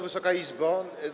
Wysoka Izbo!